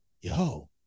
yo